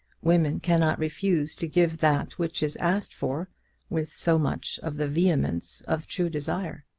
women cannot refuse to give that which is asked for with so much of the vehemence of true desire.